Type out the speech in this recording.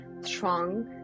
strong